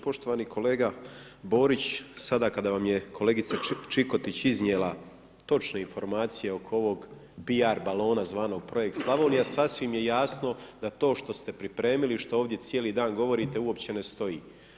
Poštovani kolega Borić, sada kada vam je kolegica Čikotić iznijela točne informacije oko ovog piar balona zvanog Projekt Slavonija, sasvim je jasno da to što ste pripremili, što ovdje cijeli dan govorite, uopće ne stoji.